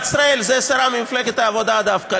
ישראל זה שרה ממפלגת העבודה דווקא,